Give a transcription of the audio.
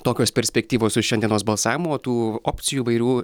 tokios perspektyvos su šiandienos balsavimu o tų opcijų įvairių